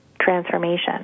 transformation